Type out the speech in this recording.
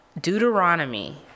Deuteronomy